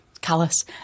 Callous